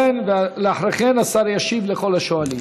ואחרי כן השר ישיב לכל השואלים.